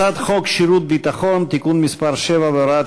הצעת חוק שירות ביטחון (תיקון מס' 7 והוראת